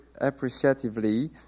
appreciatively